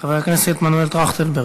חבר הכנסת מנואל טרכטנברג,